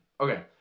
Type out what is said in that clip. Okay